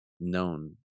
known